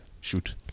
shoot